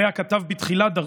עליה כתב בתחילת דרכו,